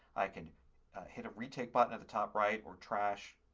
i can hit a retake button at the top right or trash.